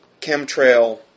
chemtrail